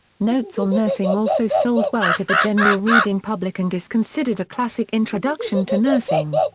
notes on nursing also sold well to the general reading public and is considered a classic introduction to nursing.